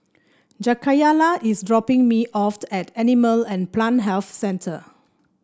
Jakayla is dropping me off the at Animal and Plant Health Centre